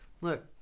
Look